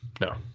No